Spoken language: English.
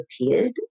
repeated